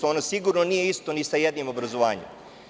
Ono sigurno nije isto ni sa jednim obrazovanjem.